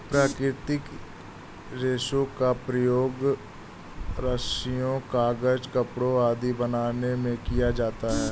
प्राकृतिक रेशों का प्रयोग रस्सियॉँ, कागज़, कपड़े आदि बनाने में किया जाता है